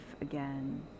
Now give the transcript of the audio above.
again